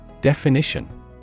Definition